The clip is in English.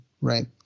right